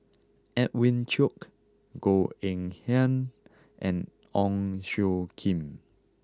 Edwin Koek Goh Eng Han and Ong Tjoe Kim